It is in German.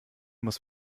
muss